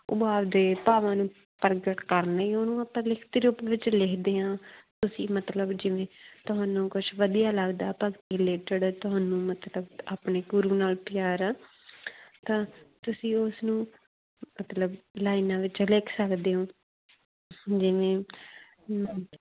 ਉਭਾਰ ਦੇ ਭਾਵਾਂ ਨੂੰ ਪ੍ਰਗਟ ਕਰਨ ਲਈ ਉਹਨੂੰ ਆਪਾਂ ਉਹਨੂੰ ਲਿਖਤੀ ਰੂਪ ਵਿੱਚ ਲਿਖਦੇ ਹਾਂ ਤੁਸੀਂ ਮਤਲਬ ਜਿਵੇਂ ਤੁਹਾਨੂੰ ਕੁਛ ਵਧੀਆ ਲੱਗਦਾ ਭਗਤੀ ਰਿਲੇਟਡ ਤੁਹਾਨੂੰ ਮਤਲਬ ਆਪਣੇ ਗੁਰੂ ਨਾਲ ਪਿਆਰ ਆ ਤਾਂ ਤੁਸੀਂ ਉਸ ਨੂੰ ਮਤਲਬ ਲਾਈਨਾਂ ਵਿੱਚ ਲਿਖ ਸਕਦੇ ਹੋ ਜਿਵੇਂ